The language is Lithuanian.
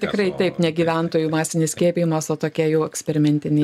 tikrai taip ne gyventojų masinis skiepijimas o tokia jau eksperimentinė